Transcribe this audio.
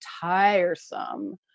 tiresome